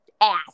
ass